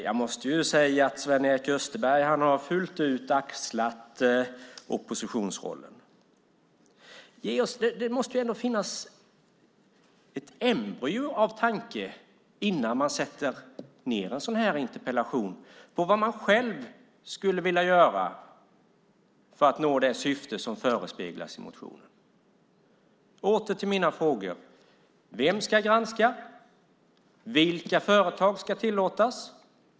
Jag måste säga att Sven-Erik Österberg fullt ut har axlat oppositionsrollen. Det måste ändå finnas ett embryo av tanke, innan man ställer en sådan här interpellation, om vad man själv skulle vilja göra för att nå det syfte som förespeglas i motionen. Jag går åter till mina frågor: Vem ska granska? Vilka företag ska tillåtas?